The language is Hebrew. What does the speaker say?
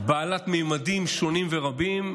בעלת ממדים שונים ורבים,